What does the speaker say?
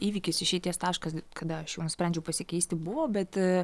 įvykis išeities taškas kada aš jau nusprendžiau pasikeisti buvo bet